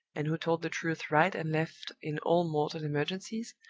and who told the truth right and left in all mortal emergencies,